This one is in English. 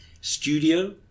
studio